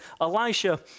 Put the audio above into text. Elisha